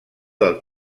del